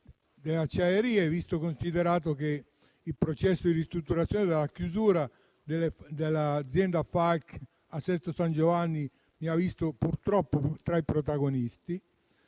delle acciaierie, considerato che il processo di ristrutturazione dopo la chiusura dell'azienda FAAC a Sesto San Giovanni mi ha visto purtroppo tra i protagonisti.